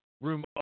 room